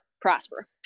prosper